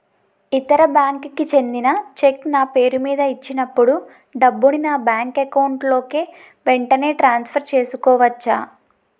ఇతర బ్యాంక్ కి చెందిన చెక్ నా పేరుమీద ఇచ్చినప్పుడు డబ్బుని నా బ్యాంక్ అకౌంట్ లోక్ వెంటనే ట్రాన్సఫర్ చేసుకోవచ్చా?